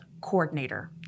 coordinator